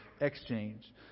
exchange